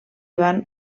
van